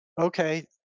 okay